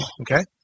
okay